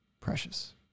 precious